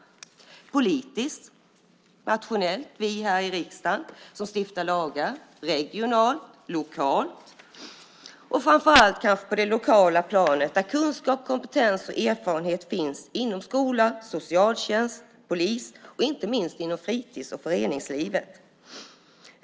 Det gäller såväl nationellt politiskt - hos oss här i riksdagen som stiftar lagar - som regionalt och framför allt kanske på det lokala planet där kunskap, kompetens och erfarenhet finns inom skola, socialtjänst, polis och inte minst inom fritids och föreningslivet.